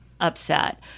upset